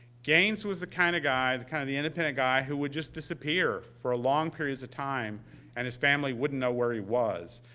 gaines was the kind of guy, kind of the independent guy who was just disappear for ah long periods of time and his family wouldn't know where he was.